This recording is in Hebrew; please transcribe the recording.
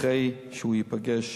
אחרי שהוא ייפגש